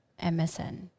MSN